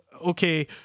okay